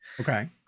Okay